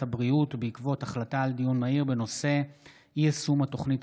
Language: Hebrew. הבריאות בעקבות דיון מהיר בהצעתן של